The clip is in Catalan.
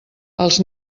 els